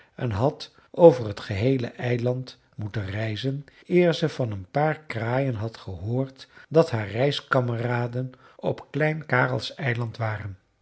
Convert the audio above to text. en had over het geheele eiland moeten reizen eer ze van een paar kraaien had gehoord dat haar reiskameraden op klein karelseiland waren